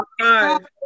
Five